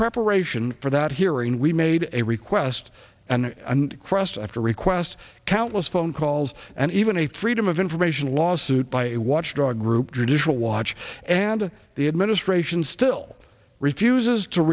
preparation for that hearing we made a request and crushed after requests countless phone calls and even a freedom of information lawsuit by a watchdog group judicial watch and the administration still refuses to